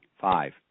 Five